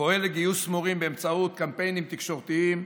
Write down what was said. פועל לגיוס מורים באמצעות קמפיינים תקשורתיים,